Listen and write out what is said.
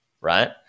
right